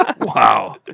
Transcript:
Wow